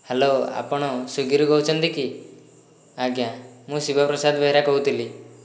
hello ଆପଣ ସ୍ଵିଗିରୁ କହୁଛନ୍ତି କି ଆଜ୍ଞା ମୁଁ ଶିବପ୍ରସାଦ ବେହେରା କହୁଥିଲି